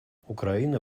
украина